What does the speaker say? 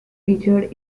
featured